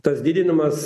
tas didinimas